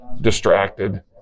distracted